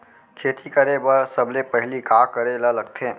खेती करे बर सबले पहिली का करे ला लगथे?